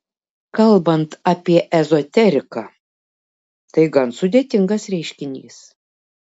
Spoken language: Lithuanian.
kalbant apie ezoteriką tai gan sudėtingas reiškinys